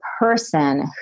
person